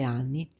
anni